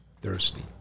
thirsty